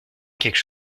quelque